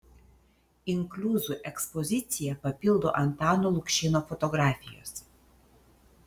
inkliuzų ekspoziciją papildo antano lukšėno fotografijos